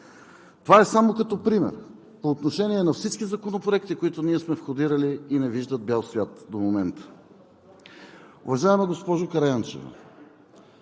Това е само като пример по отношение на всички законопроекти, които ние сме входирали и не виждат бял свят до момента. Уважаема госпожо Караянчева,